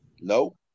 No